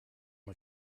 him